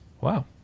Wow